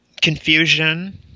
confusion